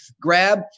grab